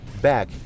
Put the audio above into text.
back